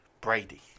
Brady